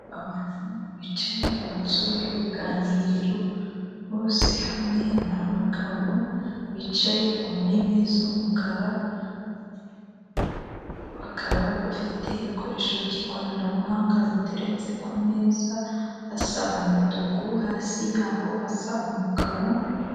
Abantu bicaye mu nzu y'uruganiriro bose hamwe ni abagabo bicaye ku ntebe z'umukara, bakaba bafite ibikoresho by'ikoranabuhanga biteretse ku meza asa umutuku hasi yaho hasa umukara.